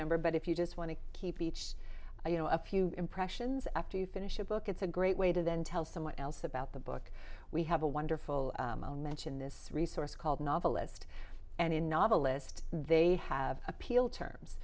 number but if you just want to keep each you know a few impressions after you finish a book it's a great way to then tell someone else about the book we have a wonderful moan mention this resource called novelist and in novelist they have appealed terms